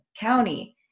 county